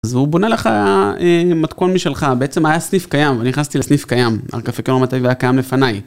אז הוא בונה לך מתכון משלך, בעצם היה סניף קיים, ואני נכנסתי לסניף קיים. ארקפה ברמת אביב היה קיים לפניי.